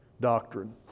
doctrine